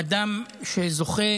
אדם שזוכה